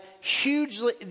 hugely